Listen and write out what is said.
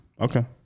Okay